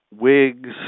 wigs